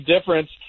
difference